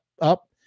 up